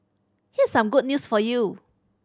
here's some good news for you